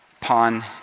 pawn